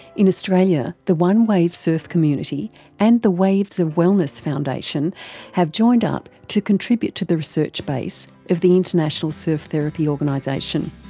in australia, the onewave surf community and the waves of wellness foundation have joined up to contribute to the research base of the international surf therapy organisation.